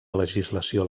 legislació